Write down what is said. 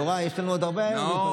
יוראי, יש לנו עוד הרבה להיפגש.